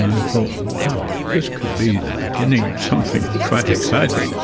wow, this could be the beginning of something quite exciting.